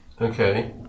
Okay